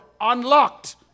unlocked